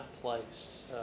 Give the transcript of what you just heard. place